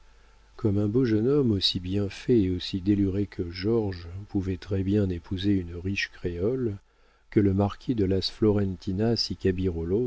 comme un beau jeune homme aussi bien fait et aussi déluré que georges pouvait très bien épouser une riche créole que le marquis de las florentinas